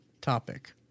topic